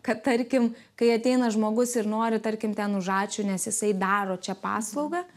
kad tarkim kai ateina žmogus ir nori tarkim ten už ačiū nes jisai daro čia paslaugą